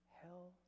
hell